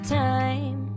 time